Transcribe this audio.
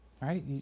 right